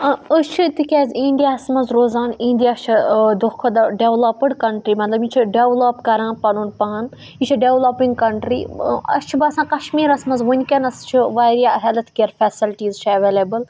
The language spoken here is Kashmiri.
أسۍ چھِ تِکیٛازِ اِنڈیاہَس منٛز روزان اِنڈیا چھِ دۄہ کھۄتہٕ دۄہ ڈیولَپٕڈ کَنٹری مطلب یہِ چھِ ڈٮ۪ولَپ کَران پَنُن پَان یہِ چھِ ڈیوٚولَپِنٛگ کَنٹری اَسہِ چھِ باسان کَشمیٖرَس مَنٛز ونکیٚنَس چھِ واریاہ ہیٚلٕتھ کِیر فیسَلٹیٖز چھِ ایویلیبٕل